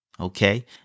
okay